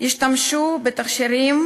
השתמשו בתכשירים